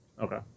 Okay